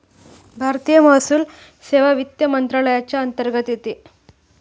भारतीय महसूल सेवा वित्त मंत्रालयाच्या अंतर्गत येते